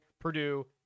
Purdue